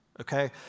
okay